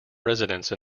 residence